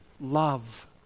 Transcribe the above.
love